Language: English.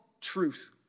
truth